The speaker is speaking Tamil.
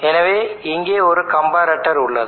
எனவே இங்கே ஒரு கம்பரட்டர் உள்ளது